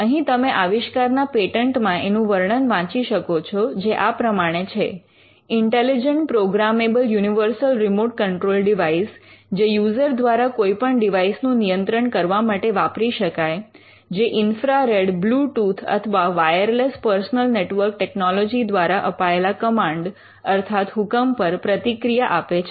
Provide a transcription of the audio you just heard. અહીં તમે આવિષ્કારના પેટન્ટ માં એનું વર્ણન વાંચી શકો છો જે આ પ્રમાણે છે intelligent programmable universal remote control device જે યુઝર દ્વારા કોઈપણ ડિવાઇસ નું નિયંત્રણ કરવા માટે વાપરી શકાય જે ઇન્ફ્રારેડ બ્લૂટૂથ અથવા વાયરલેસ પર્સનલ નેટવર્ક ટેકનોલોજી દ્વારા અપાયેલા કમાન્ડ અર્થાત હુકમ પર પ્રતિક્રિયા આપે છે